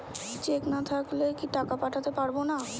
Check না থাকলে কি টাকা পাঠাতে পারবো না?